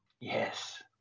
Yes